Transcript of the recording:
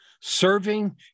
serving